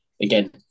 Again